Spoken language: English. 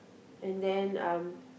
and then um